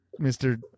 Mr